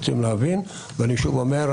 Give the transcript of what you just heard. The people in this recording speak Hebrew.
אני שוב אומר,